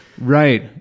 right